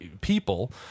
people